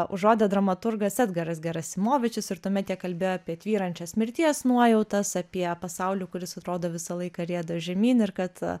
užuodė dramaturgas edgaras gerasimovičius ir tuomet jie kalbėjo apie tvyrančias mirties nuojautas apie pasaulį kuris atrodo visą laiką rieda žemyn ir kad